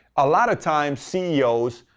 a lot of times ceos,